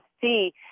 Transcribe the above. see